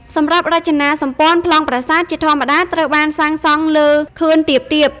សម្រាប់រចនាសម្ព័ន្ធប្លង់ប្រាសាទជាធម្មតាត្រូវបានសាងសង់លើ ខឿនទាបៗ។